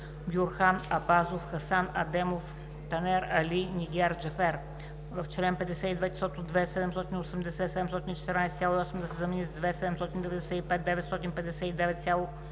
Бюрхан Абазов, Хасан Адемов, Танер Али, Нигяр Джафер: „В чл. 52 числото „2 780 714,8“ да се замени с „2 795 959,26“,